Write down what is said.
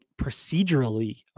procedurally